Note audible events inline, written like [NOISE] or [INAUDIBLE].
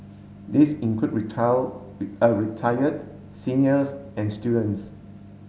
these include [UNINTELLIGIBLE] [HESITATION] retired seniors and students